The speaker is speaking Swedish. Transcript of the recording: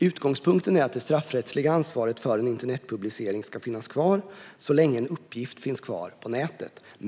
Utgångspunkten är att det straffrättsliga ansvaret för en internetpublicering ska finnas kvar så länge en uppgift finns kvar på nätet.